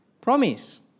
promise